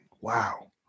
Wow